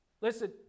Listen